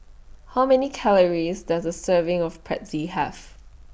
How Many Calories Does A Serving of Pretzel Have